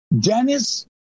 dennis